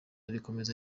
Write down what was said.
rikomeza